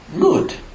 Good